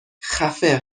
خفه